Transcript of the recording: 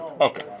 Okay